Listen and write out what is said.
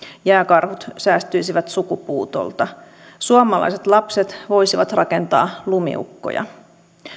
jääkarhut säästyisivät sukupuutolta suomalaiset lapset voisivat rakentaa lumiukkoja